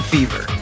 Fever